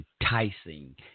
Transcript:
enticing